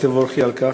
ותבורכי על כך,